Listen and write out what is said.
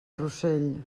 rossell